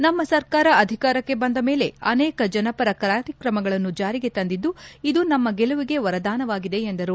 ನಮ್ಮ ಸರ್ಕಾರ ಅಧಿಕಾರಕ್ಕೆ ಬಂದ ಮೇಲೆ ಅನೇಕ ಜನಪರ ಕಾರ್ಯಕ್ರಮಗಳನ್ನು ಜಾರಿಗೆ ತಂದಿದ್ದು ಇದು ನಮ್ನ ಗೆಲುವಿಗೆ ವರದಾನವಾಗಿದೆ ಎಂದರು